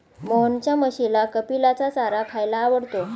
मोहनच्या म्हशीला कपिलाचा चारा खायला आवडतो